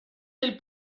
del